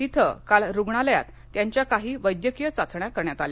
तिथं काल रुग्णालयात त्यांच्या काही वैद्यकीय चाचण्या करण्यात आल्या